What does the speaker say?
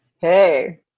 Hey